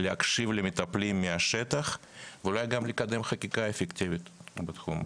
להקשיב למטפלים מהשטח ואולי גם לקדם חקיקה אפקטיבית בתחום.